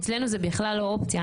אצלנו זה בכלל לא אופציה,